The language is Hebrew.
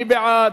מי בעד?